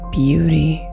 beauty